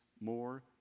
more